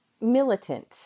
militant